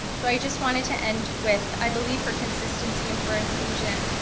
so i just wanted to end with, i believe for consistency and for inclusion,